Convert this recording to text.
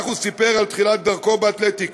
כך הוא סיפר על תחילת דרכו באתלטיקה: